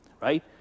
right